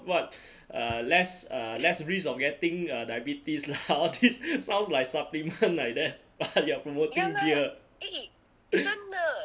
what uh less uh less risk of getting uh diabetes lah all these sounds like supplement like that but you're promoting beer